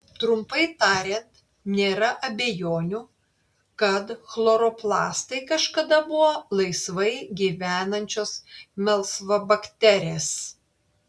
trumpai tariant nėra abejonių kad chloroplastai kažkada buvo laisvai gyvenančios melsvabakterės